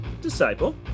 Disciple